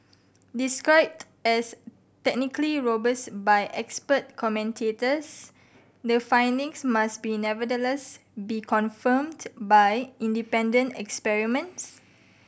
described as technically robust by expert commentators the findings must be nevertheless be confirmed by independent experiments